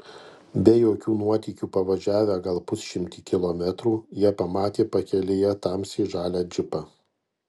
be jokių nuotykių pavažiavę gal pusšimtį kilometrų jie pamatė pakelėje tamsiai žalią džipą